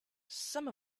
some